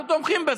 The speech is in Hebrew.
אנחנו תומכים בזה.